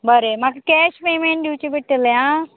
बरें म्हाका cash payment दिवचें पडटलें आं